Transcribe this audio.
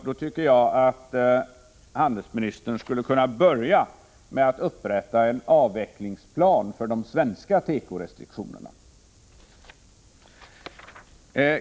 Då tycker jag att handelsministern skulle kunna börja med att upprätta en avvecklingsplan för de svenska tekorestriktionerna.